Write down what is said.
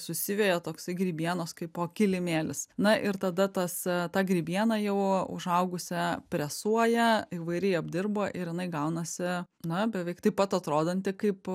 susiveja toksai grybienos kaipo kilimėlis na ir tada tas ta grybiena jau užaugusią presuoja įvairiai apdirba ir jinai gaunasi na beveik taip pat atrodanti kaip